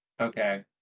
okay